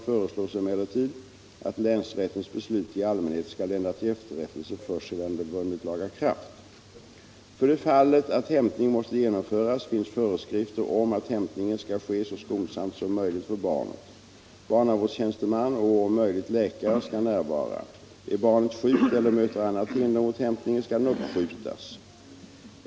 För det fallet att hämtning måste genomföras finns föreskrifter om att hämtningen skall ske så skonsamt som möjligt för barnet. Barnavårdstjänsteman och om möjligt läkare skall närvara. Är barnet sjukt eller möter annat hinder mot hämtningen, skall den uppskjutas.